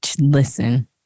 Listen